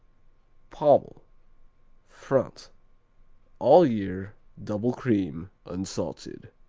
pommel france all year. double cream unsalted.